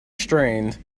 strained